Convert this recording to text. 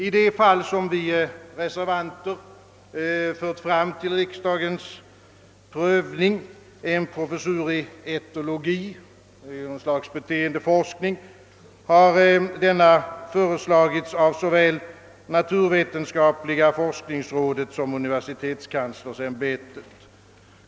I det fall, som vi reservanter för fram till riksdagens prövning, en professur i etologi — ett slags beteendeforskning —, har professuren föreslagits av såväl naturvetenskapliga forskningsrådet som universitetskanslersämbetet.